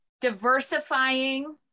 diversifying